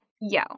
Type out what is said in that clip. yo